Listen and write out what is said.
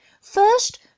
First